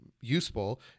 useful